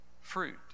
fruit